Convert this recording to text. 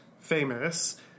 Famous